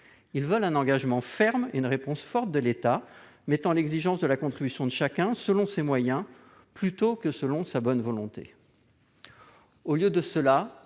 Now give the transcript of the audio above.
Ils veulent un engagement ferme et une réponse forte de l'État mettant en avant l'exigence de la contribution de chacun selon ses moyens plutôt que selon sa bonne volonté. Au lieu de cela,